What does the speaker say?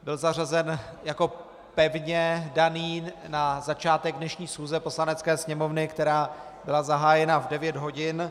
Byl zařazen jako pevně daný na začátek dnešní schůze Poslanecké sněmovny, která byla zahájena v 9 hodin.